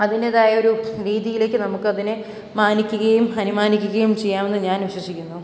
അതിൻ്റേതായൊരു രീതിയിലേക്ക് നമുക്ക് അതിനെ മാനിക്കുകയും അനുമാനിക്കുകയും ചെയ്യാമെന്നു ഞാൻ വിശ്വസിക്കുന്നു